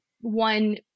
one